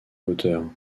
hauteur